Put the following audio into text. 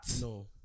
No